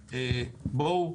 בואו,